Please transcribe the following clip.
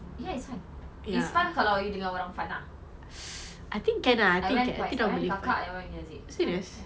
ya it's fun it's fun kalau you dengan orang fun ah I went twice I went with kakak haziq